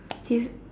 his